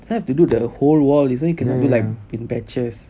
this [one] have to do the whole wall it's only cannot be like in batches